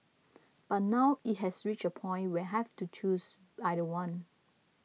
but now it has reached a point where I have to choose either one